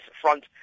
front